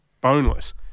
boneless